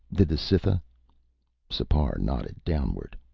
did the cytha sipar nodded downward.